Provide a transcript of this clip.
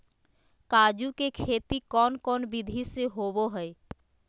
काजू के खेती कौन कौन विधि से होबो हय?